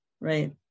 right